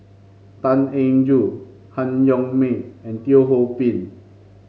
Tan Eng Joo Han Yong May and Teo Ho Pin